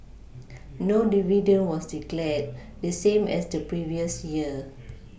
no dividend was declared the same as the previous year